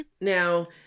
Now